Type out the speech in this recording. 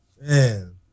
Man